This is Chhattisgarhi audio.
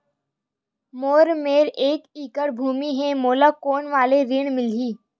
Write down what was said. मोर मेर एक एकड़ भुमि हे मोला कोन वाला ऋण मिलही?